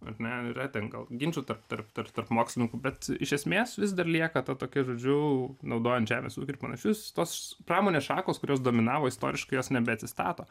ar ne yra ten gal ginčų tarp tarp tarp mokslininkų bet iš esmės vis dar lieka ta tokia žodžiu naudojant žemės ūkį ir panašius tos pramonės šakos kurios dominavo istoriškai jos nebeatsistato